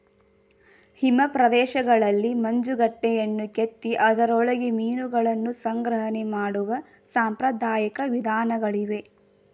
ಹಿಮ ಪ್ರದೇಶಗಳಲ್ಲಿ ಮಂಜುಗಡ್ಡೆಯನ್ನು ಕೆತ್ತಿ ಅದರೊಳಗೆ ಮೀನುಗಳನ್ನು ಸಂಗ್ರಹಣೆ ಮಾಡುವ ಸಾಂಪ್ರದಾಯಿಕ ವಿಧಾನಗಳಿವೆ